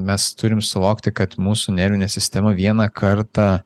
mes turim suvokti kad mūsų nervinė sistema vieną kartą